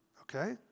okay